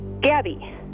Gabby